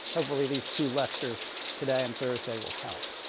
hopefully these two lectures today and thursday will help.